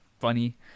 funny